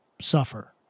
suffer